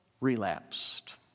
relapsed